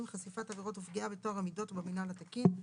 (חשיפת עבירות ופגיעה בטוהר המידות או במינהל התקין),